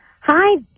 Hi